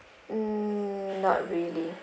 mm not really